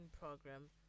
program